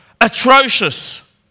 atrocious